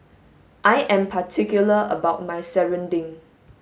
I am particular about my serunding